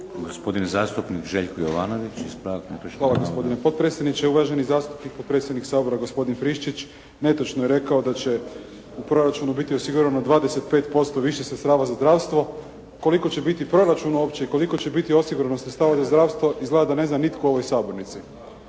navoda. **Jovanović, Željko (SDP)** Hvala, gospodine potpredsjedniče. Uvaženi zastupnik, potpredsjednik Sabora, gospodin Friščić netočno je rekao da će u proračunu biti osigurano 25% više sredstava za zdravstvo. Koliko će biti proračun uopće i koliko će biti osigurano sredstava za zdravstvo izgleda da ne zna nitko u ovoj sabornici.